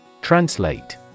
Translate